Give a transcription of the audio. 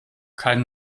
kein